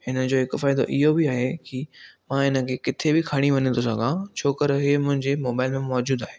हिन जो हिकु फ़ाइदो इहो बि आहे कि मां हिनखे किथे बि खणी वञी थो सघां छाकाणि इहे मुंहिंजे मोबाइल ते मौजूदु आहे